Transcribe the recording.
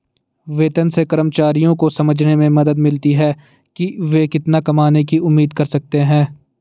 वेतन से कर्मचारियों को समझने में मदद मिलती है कि वे कितना कमाने की उम्मीद कर सकते हैं